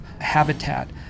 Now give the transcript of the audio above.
habitat